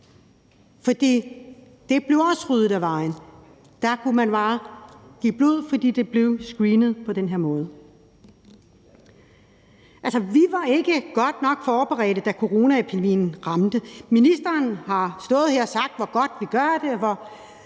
For det ville også blive ryddet af vejen; så kunne man bare give blod, fordi det blev screenet på den her måde. Vi var ikke godt nok forberedt, da coronaepidemien ramte. Ministeren har stået her og sagt, hvor godt vi gør det,